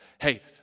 hey